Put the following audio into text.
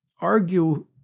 argue